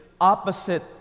opposite